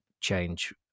change